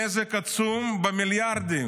נזק עצום במיליארדים,